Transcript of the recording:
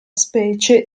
specie